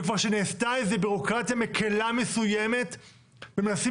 וכבר שנעשתה איזה ביורוקרטיה מקלה מסוימת ומנסים